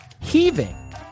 Heaving